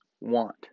want